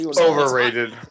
overrated